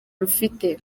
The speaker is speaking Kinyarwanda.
rufite